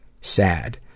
Sad